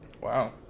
Wow